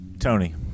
tony